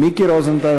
מיקי רוזנטל,